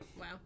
wow